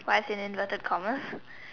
wise in inverted commas